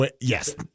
Yes